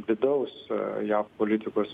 vidaus jav politikos